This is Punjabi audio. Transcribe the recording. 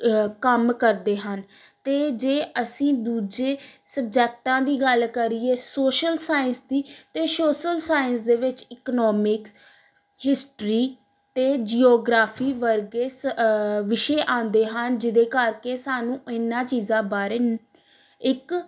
ਕੰਮ ਕਰਦੇ ਹਨ ਅਤੇ ਜੇ ਅਸੀਂ ਦੂਜੇ ਸਬਜੈਕਟਾਂ ਦੀ ਗੱਲ ਕਰੀਏ ਸੋਸ਼ਲ ਸਾਇੰਸ ਦੀ ਤਾਂ ਸੋਸ਼ਲ ਸਾਇੰਸ ਦੇ ਵਿੱਚ ਇਕਨੋਮਿਕਸ ਹਿਸਟਰੀ ਅਤੇ ਜਿਓਗਰਾਫੀ ਵਰਗੇ ਸ ਵਿਸ਼ੇ ਆਉਂਦੇ ਹਨ ਜਿਹਦੇ ਕਰਕੇ ਸਾਨੂੰ ਇਨ੍ਹਾਂ ਚੀਜ਼ਾਂ ਬਾਰੇ ਇੱਕ